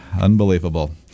Unbelievable